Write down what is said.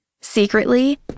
Secretly